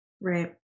Right